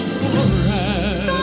forever